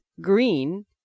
green